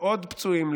לעוד פצועים,